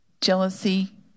Jealousy